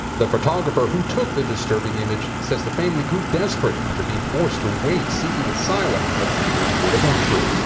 the photographer who took the disturbing image says the family grew desperate after being forced to wait seeking asylum at a leagual port of entry.